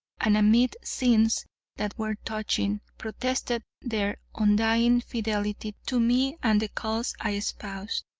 and amid scenes that were touching, protested their undying fidelity to me and the cause i espoused.